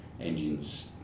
engines